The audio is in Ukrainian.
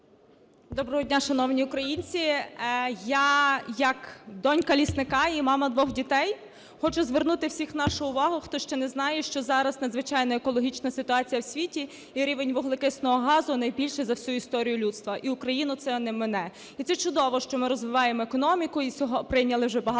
Доброго дня, шановні українці! Я як донька лісника і мама двох дітей хочу звернути всіх нашу увагу, хто ще не знає, що зараз надзвичайна екологічна ситуація в світі і рівень вуглекислого газу найбільший за всю історію людства. І Україну це не мине. І це чудово, що ми розвиваємо економіку і прийняли вже багато законів